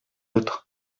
autre